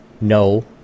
no